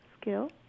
skill